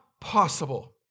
possible